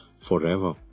forever